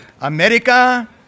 America